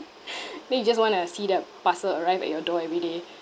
then you just want to see the parcel arrive at your door every day